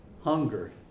Hunger